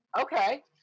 Okay